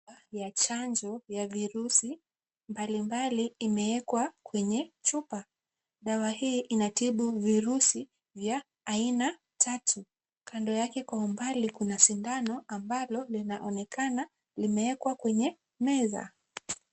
Chupa ya chanjo ya virusi mbalimbali imewekwa kwenye chupa. Dawa hii inatibu virusi vya aina tatu. Kando yake kwa umbali kuna sindano ambalo linaonekana limewekwa kwenye meza.